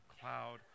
cloud